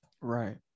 right